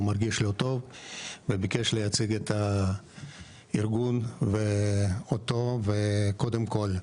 הוא מרגיש לא טוב וביקש לייצג את הארגון ואותו וקודם כל,